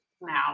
now